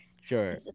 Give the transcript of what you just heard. Sure